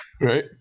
right